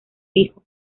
fijo